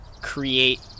create